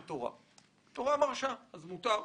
התורה מרשה אז מותר?